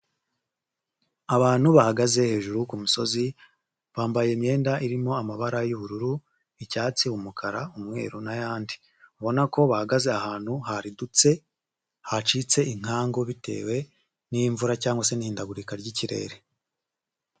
Abantu bahagaze hejuru ku musozi, bambaye imyenda irimo amabara y'ubururu, icyatsi, umukara, umweru n'ayandi. Ubona ko bahagaze ahantu hadutse, hacitse inkangu bitewe n'imvura cyangwag se n'hindagurika ry'ikirere.